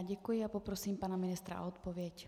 Děkuji a poprosím pana ministra o odpověď.